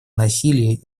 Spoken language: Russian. насилии